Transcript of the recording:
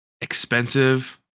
expensive